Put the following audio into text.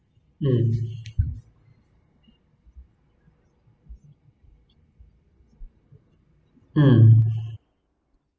um